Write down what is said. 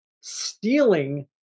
stealing